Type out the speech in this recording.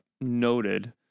noted